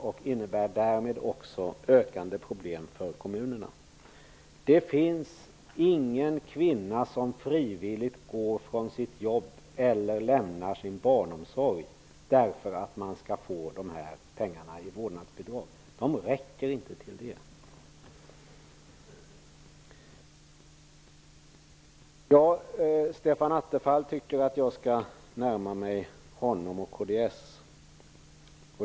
Det innebär därmed också ökande problem för kommunerna. Det finns ingen kvinna som frivilligt går från sitt jobb eller lämnar sin barnomsorg för att få dessa pengar i vårdnadsbidrag. De räcker inte till det! Stefan Attefall tyckte att jag skulle närma mig honom och kds.